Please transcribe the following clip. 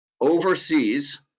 overseas